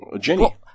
Jenny